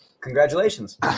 congratulations